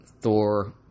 Thor